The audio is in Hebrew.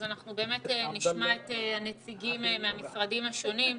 אז אנחנו באמת נשמע את הנציגים מהמשרדים השונים.